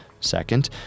Second